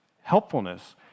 helpfulness